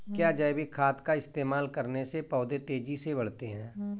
क्या जैविक खाद का इस्तेमाल करने से पौधे तेजी से बढ़ते हैं?